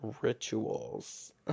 rituals